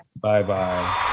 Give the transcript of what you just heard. Bye-bye